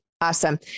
awesome